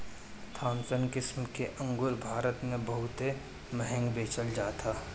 Thompson किसिम के अंगूर भारत में बहुते महंग बेचल जात हअ